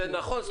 זה נכון,